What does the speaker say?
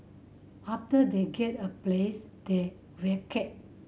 after they get a place they vacate